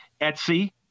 Etsy